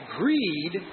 greed